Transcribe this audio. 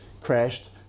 crashed